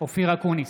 אופיר אקוניס,